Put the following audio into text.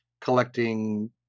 collecting